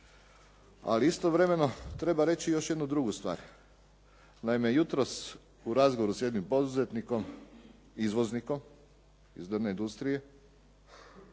Ali istovremeno treba reći još jednu drugu stvar. Naime, jutros u razgovoru sa jednim poduzetnikom, izvoznikom iz drvne industrije